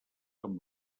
amb